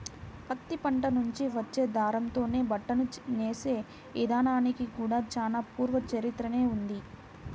పత్తి పంట నుంచి వచ్చే దారంతోనే బట్టను నేసే ఇదానానికి కూడా చానా పూర్వ చరిత్రనే ఉంది